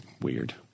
weird